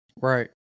Right